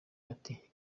bati